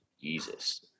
jesus